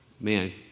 Man